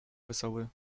wesołe